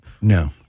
No